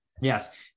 Yes